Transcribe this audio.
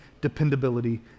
dependability